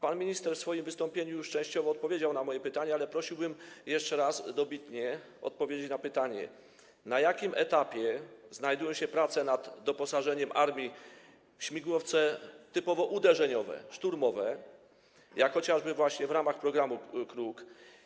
Pan minister w swoim wystąpieniu już częściowo odpowiedział na moje pytanie, ale prosiłbym, aby jeszcze raz, dobitnie, odpowiedzieć na pytanie: Na jakim etapie znajdują się prace nad doposażeniem armii w śmigłowce typowo uderzeniowe, szturmowe, chociażby w ramach programu „Kruk”